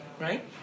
right